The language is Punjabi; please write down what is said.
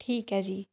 ਠੀਕ ਹੈ ਜੀ